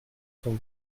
son